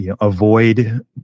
avoid